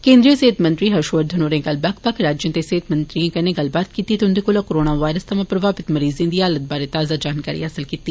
केन्द्री सेहत मंत्री हर्ष वर्धन होरें कल बक्ख बक्ख राज्य दे सेहत मंत्रिएं कन्नै गल्लबात कीती ते उंदे कोला कोरोना वायरस प्रभावत मरीजें दी हालत बारे ताजा जानकारी हासल कीती